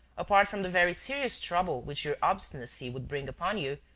apart from the very serious trouble which your obstinacy would bring upon you,